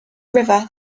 river